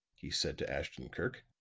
he said to ashton-kirk.